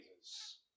Jesus